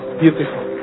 beautiful